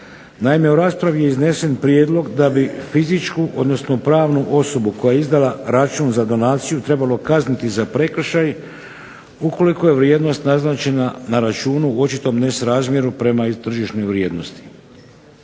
Naime, u raspravi je iznesen prijedlog da bi fizičku odnosno pravnu osobu koja je izdala račun za donaciju trebalo kazniti za prekršaj ukoliko je vrijednost naznačena na računu u očitom nesrazmjeru prema tržišnoj vrijednosti.